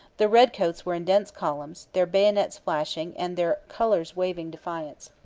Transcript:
the redcoats were in dense columns, their bayonets flashing and their colours waving defiance.